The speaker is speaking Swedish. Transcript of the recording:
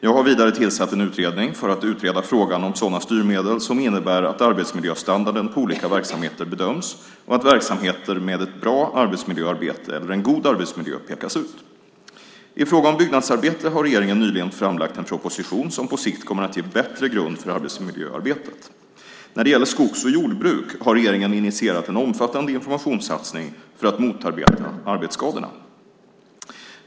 Jag har vidare tillsatt en utredning för att utreda frågan om sådana styrmedel som innebär att arbetsmiljöstandarden på olika verksamheter bedöms och att verksamheter med ett bra arbetsmiljöarbete eller en god arbetsmiljö pekas ut. I fråga om byggnadsarbete har regeringen nyligen framlagt en proposition som på sikt kommer att ge bättre grund för arbetsmiljöarbetet. När det gäller skogs och jordbruk har regeringen initierat en omfattande informationssatsning för att motverka arbetsskadorna.